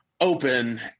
open